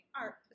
art